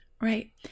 right